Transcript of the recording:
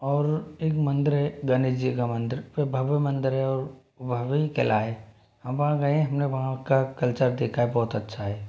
और एक मंदिर है गणेश जी का मंदिर भव्य मंदिर और भव्य किला है हम वहाँ गए है वहाँ का कल्चर देखा है बहुत अच्छा है